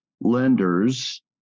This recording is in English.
lenders